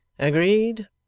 Agreed